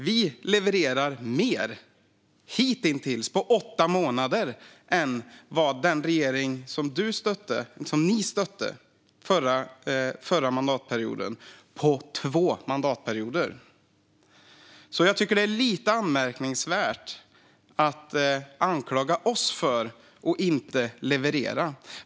Vi levererar mer hitintills på åtta månader än vad den regering som ni stödde förra mandatperioden gjorde på två mandatperioder. Jag tycker att det är lite anmärkningsvärt att anklaga oss för att inte leverera.